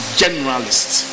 generalists